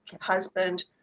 husband